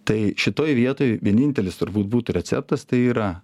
tai šitoj vietoj vienintelis turbūt būtų receptas tai yra